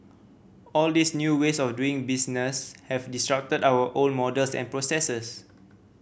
all these new ways of doing business have disrupted our old models and processes